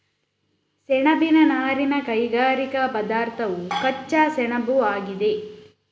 ಸೆಣಬಿನ ನಾರಿನ ಕೈಗಾರಿಕಾ ಪದಾರ್ಥವು ಕಚ್ಚಾ ಸೆಣಬುಆಗಿದೆ